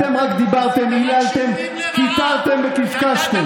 אתם רק דיברתם, ייללתם, עשית רק שינויים לרעה.